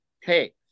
hey